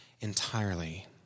entirely